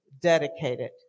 dedicated